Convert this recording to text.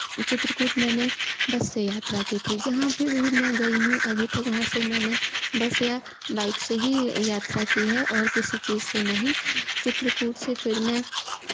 चित्रकूट मैंने बस से यात्रा की थी जहाँ भी मैं गई हूँ अभी तक वहाँ से मैंने बस या बाइक से ही यात्रा की है और किसी चीज़ से नहीं चित्रकूट से फिर मैं